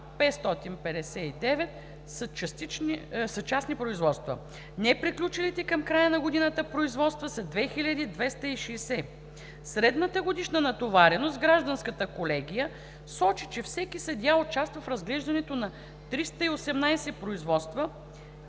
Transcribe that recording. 1559 са частни производства. Неприключилите към края на годината производства са 2260 броя. Средната годишна натовареност в Гражданската колегия сочи, че всеки съдия участва в разглеждането на 318 производства